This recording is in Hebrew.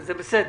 זה בסדר.